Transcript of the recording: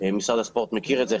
משרד הספורט מכיר את זה.